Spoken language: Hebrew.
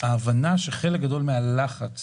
חלק גדול מהלחץ